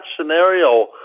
scenario